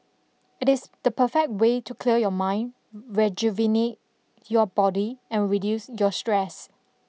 it is the perfect way to clear your mind rejuvenate your body and reduce your stress